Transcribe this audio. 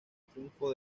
triunfo